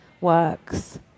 works